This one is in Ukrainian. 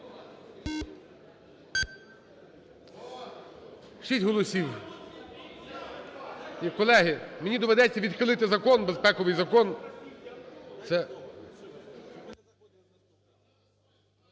Шість голосів. Колеги, мені доведеться відхилити закон, безпековий закон.